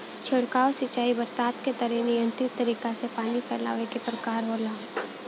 छिड़काव सिंचाई बरसात के तरे नियंत्रित तरीका से पानी फैलावे क प्रकार होला